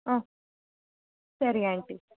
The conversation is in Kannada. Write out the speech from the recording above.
ಓ ಸರಿ ಆಂಟಿ